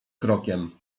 krokiem